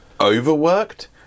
overworked